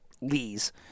lees